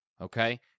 okay